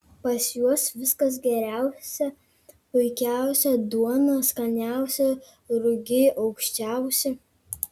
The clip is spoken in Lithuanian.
pas juos viskas geriausia puikiausia duona skaniausia rugiai aukščiausi